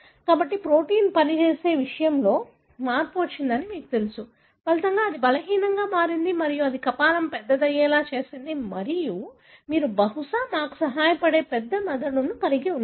కాబట్టి ప్రోటీన్ పనిచేసే విధానంలో మార్పు వచ్చిందని మీకు తెలుసు ఫలితంగా అది బలహీనంగా మారింది మరియు అది కపాలం పెద్దదయ్యేలా చేసింది మరియు మీరు బహుశా మాకు సహాయపడే పెద్ద మెదడును కలిగి ఉంటారు